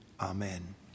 amen